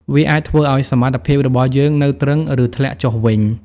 វាអាចធ្វើឱ្យសមត្ថភាពរបស់យើងនៅទ្រឹង ឬធ្លាក់ចុះវិញ។